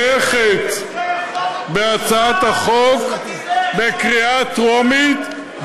הממשלה תומכת בהצעת החוק בקריאה טרומית,